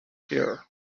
here